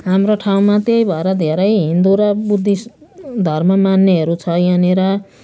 हाम्रो ठाउँमा त्यही भएर धेरै हिन्दू र बुद्धिस्ट धर्म मान्नेहरू छ यहाँनिर